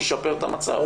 ישפר את המצב.